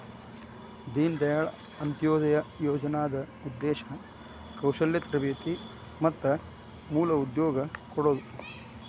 ದೇನ ದಾಯಾಳ್ ಅಂತ್ಯೊದಯ ಯೋಜನಾದ್ ಉದ್ದೇಶ ಕೌಶಲ್ಯ ತರಬೇತಿ ಮತ್ತ ಮೂಲ ಉದ್ಯೋಗ ಕೊಡೋದು